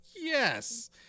Yes